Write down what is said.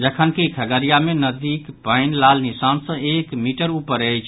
जखनकि खगड़िया मे नदीक पानि लाल निशान सँ एक मीटर ऊपर अछि